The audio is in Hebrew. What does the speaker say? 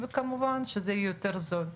וכמובן שזה יהיה יותר זול.